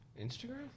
Instagram